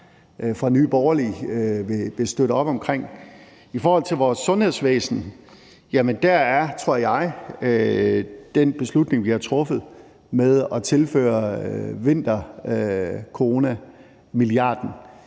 fra Nye Borgerliges side vil støtte op omkring. I forhold til vores sundhedsvæsen tror jeg, at den beslutning, vi har truffet, om at tilføre vintercoronamilliarden